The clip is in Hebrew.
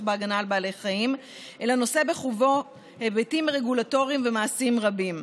בהגנה על בעלי החיים אלא נושא בחובו היבטים רגולטוריים ומעשיים רבים.